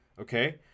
okay